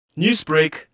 Newsbreak